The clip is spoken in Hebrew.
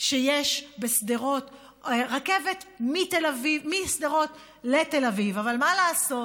שיש בשדרות, רכבת משדרות לתל אביב, אבל מה לעשות?